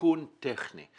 תיקון טכני.